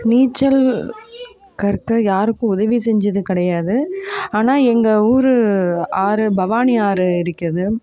நீச்சல் கற்க யாருக்கும் உதவி செஞ்சது கிடையாது ஆனால் எங்கள் ஊர் ஆறு பவானி ஆறு இருக்கிறது